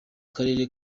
karere